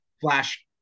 flash